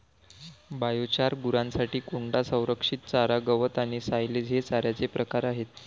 biochar, गुरांसाठी कोंडा, संरक्षित चारा, गवत आणि सायलेज हे चाऱ्याचे प्रकार आहेत